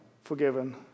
forgiven